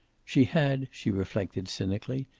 she had, she reflected cynically,